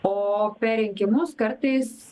o per rinkimus kartais